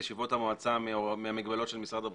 ישיבות המועצה מהמגבלות של משרד הבריאות,